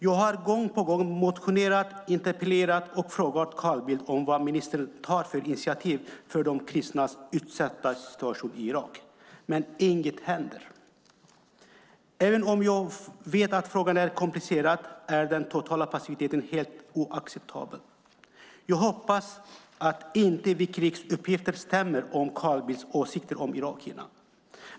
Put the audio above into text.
Jag har gång på gång såväl motionerat som interpellerat och frågat Carl Bildt vilka initiativ ministern tar för de kristna i deras utsatta situation i Irak, men ingenting händer. Jag vet att frågan är komplicerad, men den totala passiviteten är helt oacceptabel. Jag hoppas att Wikileaks uppgifter om Carl Bildts åsikter om irakierna inte stämmer.